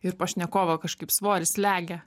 ir pašnekovo kažkaip svoris slegia